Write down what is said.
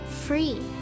free